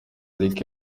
eric